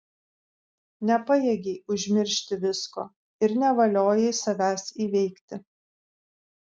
nepajėgei užmiršti visko ir nevaliojai savęs įveikti